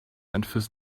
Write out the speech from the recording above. and